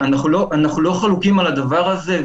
אנחנו לא חלוקים על הדבר הזה,